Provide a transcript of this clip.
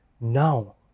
now